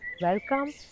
Welcome